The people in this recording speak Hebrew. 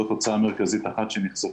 זאת הוצאה מרכזית אחת שנחשפה.